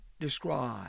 describe